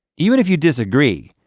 even if you disagree,